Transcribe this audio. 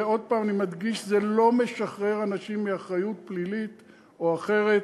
עוד הפעם אני מדגיש: זה לא משחרר אנשים מאחריות פלילית או אחרת.